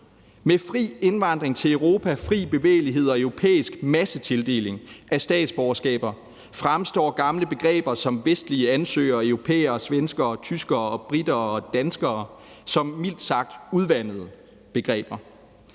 Med fri indvandring til Europa, fri bevægelighed og europæisk massetildeling af statsborgerskaber fremstår gamle begreber som vestlige ansøgere, europæere, svenskere, tyskere, briter og danskere som mildt sagt udvandede begreber.